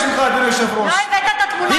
צריך לעגן עוד זכויות לקבוצת הרוב,